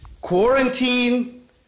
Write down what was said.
Quarantine